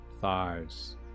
thighs